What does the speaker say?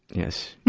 yes,